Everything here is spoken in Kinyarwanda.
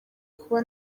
kuba